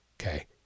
okay